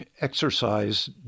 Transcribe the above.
exercise